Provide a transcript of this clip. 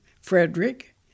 Frederick